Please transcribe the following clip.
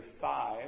five